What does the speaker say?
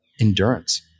endurance